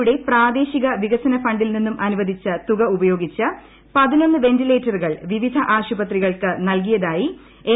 യുടെ പ്രാദേശിക വികസന ഫണ്ടിൽ നിന്നും അനുവദിച്ച തുക ഉപയോഗിച്ച് പതിനൊന്ന് വെൻറിലേറ്ററുകൾ വിവിധ ആശുപത്രികൾക്ക് നൽകിയതായി എൻ